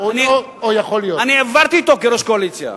אני העברתי אותו כראש הקואליציה,